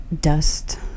dust